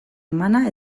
emana